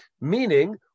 Meaning